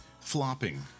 Flopping